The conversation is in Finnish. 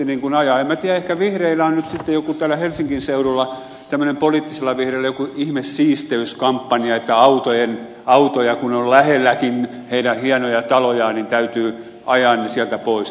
en tiedä ehkä poliittisilla vihreillä on nyt täällä helsingin seudulla joku ihme siisteyskampanja että kun autoja on lähelläkin heidän hienoja talojaan niin täytyy ajaa ne sieltä pois